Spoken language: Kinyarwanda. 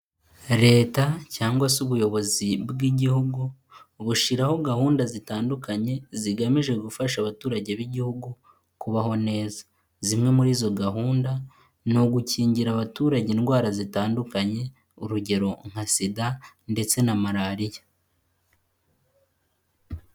Leta cyangwa se ubuyobozi bw'igihugu, bushiraho gahunda zitandukanye zigamije gufasha abaturage b'igihugu kubaho neza. Zimwe muri izo gahunda ni ugukingira abaturage indwara zitandukanye, urugero nka sida ndetse na malariya.